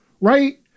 right